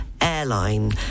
airline